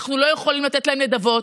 אנחנו לא יכולים לתת להם נדבות.